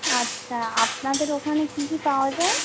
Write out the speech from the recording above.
আচ্ছা আপনাদের ওখানে কী কী পাওয়া যায়